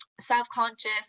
self-conscious